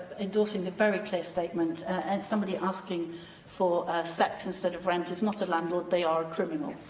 endorsed very clear statement. and somebody asking for sex instead of rent is not a landlord they are a criminal.